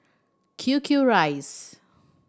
Q Q Rice